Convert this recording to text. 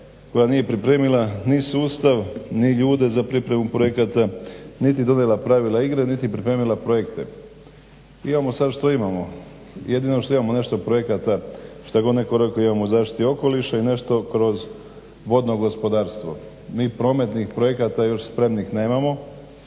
koja nije pripremila ni sustav ni ljude za pripremu projekata niti donijela pravila igre, niti pripremila projekt. Imamo sad što imamo, jedino što imamo nešto projekata šta god netko rekao, imamo o zaštiti okoliša i nešto kroz vodno gospodarstvo. Mi prometnih projekata još spremnih nemamo